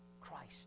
Christ